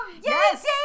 Yes